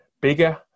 Bigger